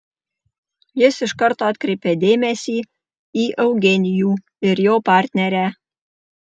jis iš karto atkreipė dėmesį į eugenijų ir jo partnerę